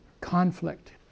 conflict